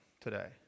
today